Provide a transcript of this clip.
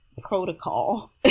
protocol